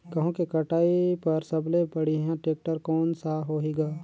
गहूं के कटाई पर सबले बढ़िया टेक्टर कोन सा होही ग?